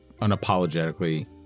unapologetically